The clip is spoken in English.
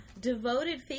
devoted